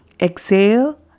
Exhale